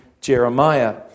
Jeremiah